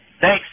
Thanks